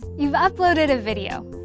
you've uploaded a video.